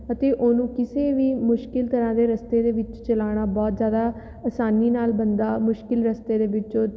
ਅਤੇ ਉਹਨੂੰ ਕਿਸੇ ਵੀ ਮੁਸ਼ਕਲ ਤਰ੍ਹਾਂ ਦੇ ਰਸਤੇ ਦੇ ਵਿੱਚ ਚਲਾਉਣਾ ਬਹੁਤ ਜ਼ਿਆਦਾ ਆਸਾਨੀ ਨਾਲ ਬੰਦਾ ਮੁਸ਼ਕਲ ਰਸਤੇ ਦੇ ਵਿੱਚੋਂ